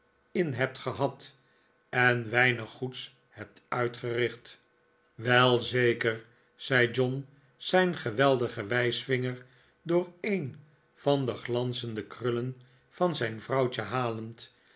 in hebt gehad en weinig goeds hebt uitgericht wel zeker zei john zijn geweldigen wijsvinger door een van de glanzende krullen van zijn vrouwtje halend